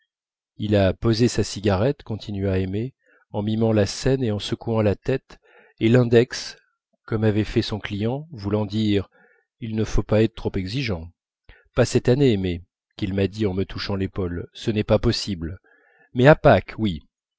il a posé sa cigarette continua aimé en mimant la scène et en secouant la tête et l'index comme avait fait son client voulant dire il ne faut pas être trop exigeant pas cette année aimé qu'il m'a dit en me touchant à l'épaule ce n'est pas possible mais à pâques oui